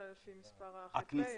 אלא לפי מספר הח"פ?